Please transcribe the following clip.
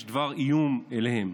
יש דבר איום עליהם